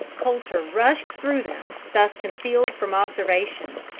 colter rushed through them, thus concealed from observation,